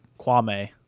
Kwame